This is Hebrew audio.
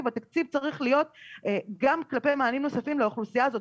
התקציב צריך להיות גם כלפי מענים נוספים לאוכלוסייה הזאת,